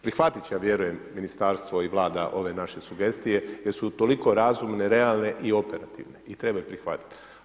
Prihvatit će vjerujem ministarstvo i Vlada ove naše sugestije, jer su toliko razumne, realne i operativne i treba ih prihvatiti.